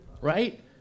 right